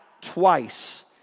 twice